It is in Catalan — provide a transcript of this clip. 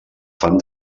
fan